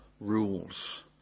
Rules